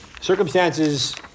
circumstances